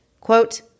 quote